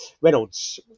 Reynolds